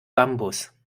bambus